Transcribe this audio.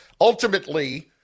ultimately